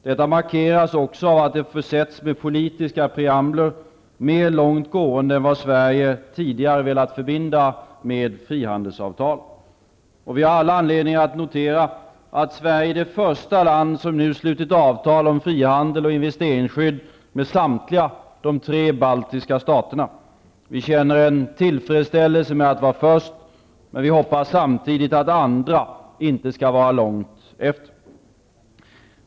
Detta markeras även av att de försetts med politiska preambler mer långt gående än vad Sverige tidigare velat förbinda med frihandelsavtal. Och vi har all anledning att notera att Sverige är det första land som nu slutit avtal om frihandel och investeringsskydd med samtliga de tre baltiska staterna. Vi känner en tillfredsställelse med att vara först, men vi hoppas samtidigt att andra inte skall vara långt efter.